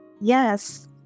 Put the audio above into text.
yes